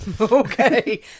Okay